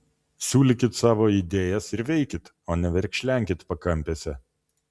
siūlykit savo idėjas ir veikit o ne verkšlenkit pakampėse